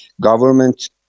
government